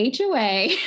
HOA